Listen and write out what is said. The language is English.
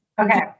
okay